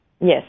Yes